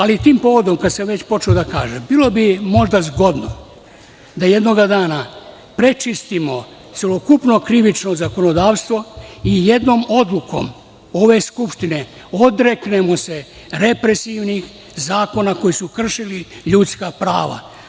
Ali, tim povodom, kada sam već počeo, da kažem, bilo bi možda zgodno da jednoga dana prečistimo celokupno krivično zakonodavstvo i jednom odlukom ove skupštine, odreknemo se represivnih zakona koji su kršili ljudska prava.